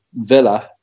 villa